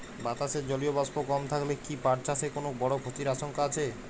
বাতাসে জলীয় বাষ্প কম থাকলে কি পাট চাষে কোনো বড় ক্ষতির আশঙ্কা আছে?